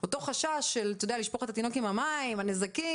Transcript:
אותו חשש של אתה יודע "לשפוך את התינוק עם המים" והנזקים,